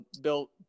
built